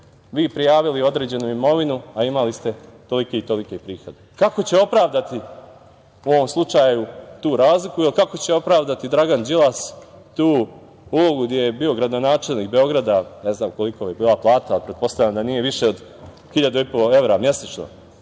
vi prijavili određenu imovinu, a imali ste tolike i tolike prihode? Kako će opravdati u ovom slučaju tu razliku, kako će opravdati Dragan Đilas tu ulogu gde je bio gradonačelnik Beograda, ne znam kolika mu je bila plata, pretpostavljam da nije više od 1.500 evra mesečno,